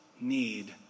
need